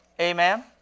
amen